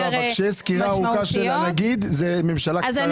כשיש סקירה ארוכה של הנגיד זו ממשלה קצרה,